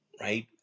right